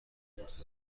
اوت